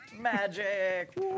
Magic